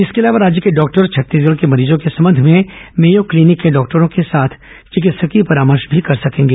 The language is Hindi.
इसके अलावा राज्य के डॉक्टर छत्तीसगढ़ के मरीजों के संबंध में मेयो क्लिनिक के डॉक्टरों के साथ चिकित्सकीय परामर्श भी कर सकेंगे